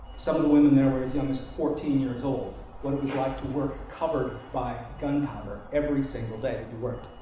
some of the women there were as young as fourteen years old what it was like to work covered by gun powder every single day that you worked